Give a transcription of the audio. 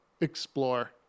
explore